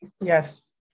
Yes